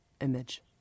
image